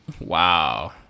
Wow